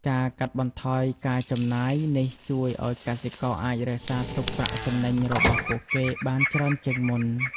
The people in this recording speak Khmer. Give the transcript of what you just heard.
ការកាត់បន្ថយការចំណាយនេះជួយឱ្យកសិករអាចរក្សាទុកប្រាក់ចំណេញរបស់ពួកគេបានច្រើនជាងមុន។